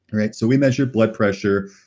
right? so we measured blood pressure,